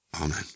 Amen